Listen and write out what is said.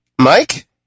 mike